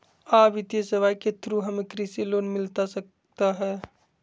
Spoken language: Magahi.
आ वित्तीय सेवाएं के थ्रू हमें कृषि लोन मिलता सकता है?